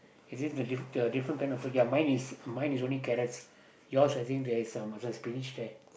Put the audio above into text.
it's just the diff~ the different kind of food ya mine is mine is only carrots yours I think there is uh macam spinach there